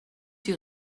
die